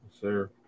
sir